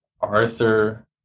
Arthur